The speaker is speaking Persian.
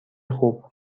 خوب